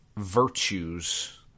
virtues